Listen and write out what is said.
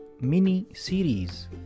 mini-series